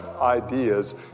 ideas